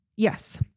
Yes